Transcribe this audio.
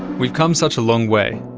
we've come such a long way.